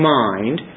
mind